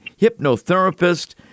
hypnotherapist